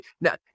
Now